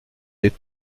des